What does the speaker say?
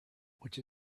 which